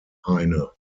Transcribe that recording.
heine